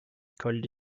called